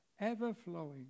ever-flowing